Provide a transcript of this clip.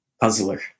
puzzler